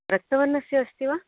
रक्तवर्णस्य अस्ति वा